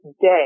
day